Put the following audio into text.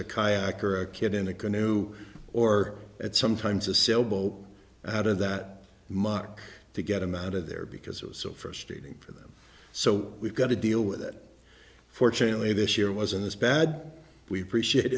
a kayak or a kid in a canoe or at sometimes a sailboat out of that mach to get them out of there because it was so frustrating for them so we've got to deal with it fortunately this year wasn't as bad we appreciate